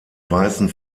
weißen